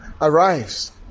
arrives